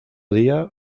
día